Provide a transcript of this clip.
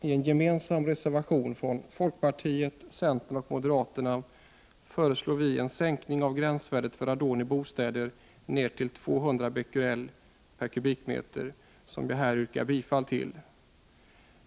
I en gemensam reservation från folkpartiet, centern och moderaterna — som jag här yrkar bifall till — föreslår vi en sänkning av gränsvärdet för radon i bostäder ner till 200 Bq/m?.